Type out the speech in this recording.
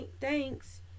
Thanks